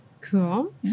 Cool